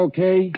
Okay